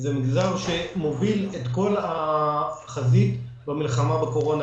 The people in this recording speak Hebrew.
זה מגזר שמוביל את כל החזית במלחמה בקורונה.